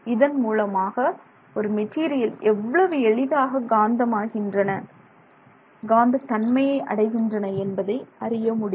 இதன் மூலமாக ஒரு மெட்டீரியல் எவ்வளவு எளிதாக காந்தம் ஆகின்றன காந்தத் தன்மையை அடைகின்றன என்பதை அறிய முடியும்